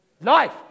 Life